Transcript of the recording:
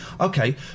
Okay